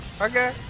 Okay